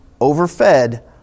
overfed